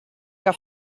que